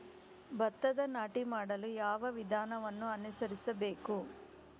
ಭತ್ತದ ನಾಟಿ ಮಾಡಲು ಯಾವ ವಿಧಾನವನ್ನು ಅನುಸರಿಸಬೇಕು?